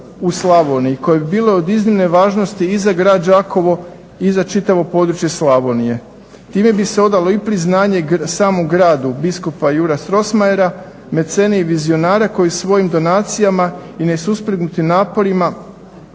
u Slavoniji koji bi bilo od iznimne važnosti i za grad Đakovo i za čitavo područje Slavonije. Time bi se odalo i priznanje samom gradu biskupa Juraja Strossmayera mecene i vizionara koji svojim donacijama i nesuspregnutim naporima